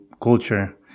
culture